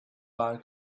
bar